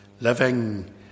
Living